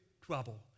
trouble